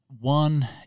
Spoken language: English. One